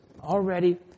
Already